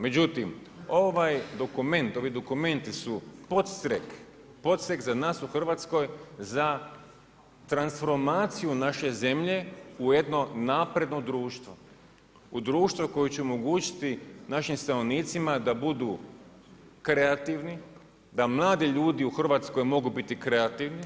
Međutim, ovaj dokument, ovi dokumenti su podstrek za nas u Hrvatskoj za transformaciju naše zemlje u jedno napredno društvo, u društvo koje će omogućiti našim stanovnicima da budu kreativni, da mladi ljudi u Hrvatskoj mogu biti kreativni,